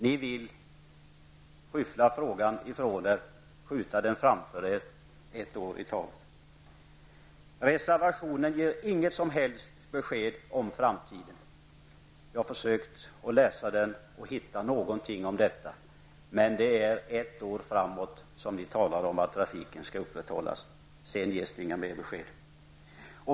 Ni vill skyffla undan frågan, skjuta den framför er ett år i taget. Reservationen ger inget som helst besked om framtiden. Jag har försökt att läsa den och hitta någonting om detta, men ni talar bara om att trafiken skall upprätthållas. Därutöver ges inga besked.